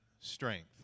strength